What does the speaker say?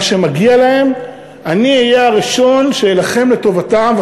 שמגיע להם אני אהיה הראשון שאלחם לטובתם,